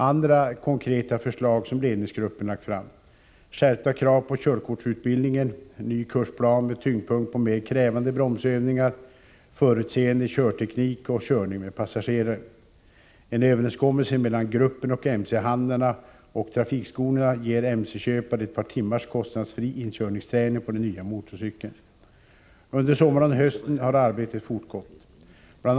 Andra konkreta förslag som ledningsgruppen lagt fram: — En överenskommelse mellan gruppen och mc-handlarna och trafikskolorna ger mc-köpare ett par timmars kostnadsfri inkörningsträning på den nya motorcykeln. Under sommaren och hösten har arbetet fortgått. Bl.